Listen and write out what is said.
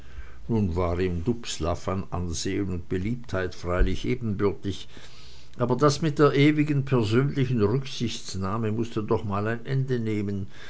nun war ihm dubslav an ansehen und beliebtheit freilich ebenbürtig aber das mit der ewigen persönlichen rücksichtnahme mußte doch mal ein ende nehmen